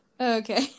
okay